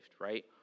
right